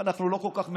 אנחנו לא כל כך מבינים.